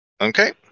Okay